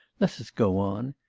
let us go on.